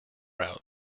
route